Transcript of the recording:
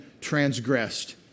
transgressed